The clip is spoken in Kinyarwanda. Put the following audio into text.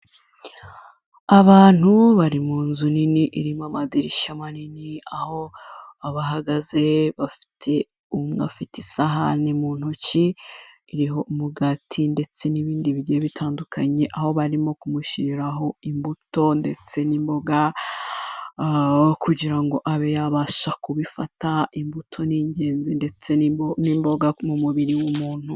Abantu bari mu nzu nini irimo amadirishya manini, aho abahagaze bafite umwe afite isahani mu ntoki iriho umugati ndetse n'ibindi bigiye bitandukanye aho bari kumushyiriraho imbuto ndetse n'imboga kugira ngo abe yabasha kubifata imbuto ni ingenzi ndetse n'imboga mu mubiri w'umuntu.